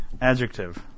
Adjective